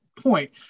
point